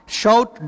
shout